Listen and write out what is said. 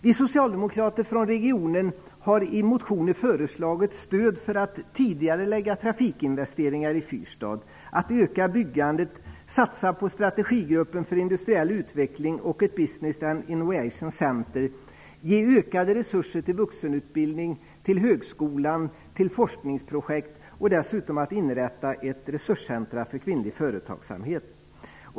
Vi socialdemokrater från regionen har i motioner föreslagit stöd för att tidigarelägga trafikinvesteringar i Fyrstad, öka byggandet, satsa på strategigruppen för industriell utveckling och ett Business and Innovation Centre, ge ökade resurser till vuxenutbildning, högskolan, forskningsprojekt samt att inrätta ett resurscenter för kvinnlig företagsamhet.